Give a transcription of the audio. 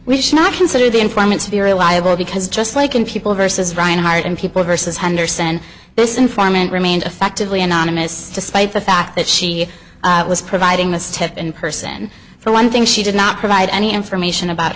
we should not consider the informant to be reliable because just like in people versus reinhart in people versus henderson this informant remained effectively anonymous despite the fact that she was providing must have been person for one thing she did not provide any information about